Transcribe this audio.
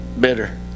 bitter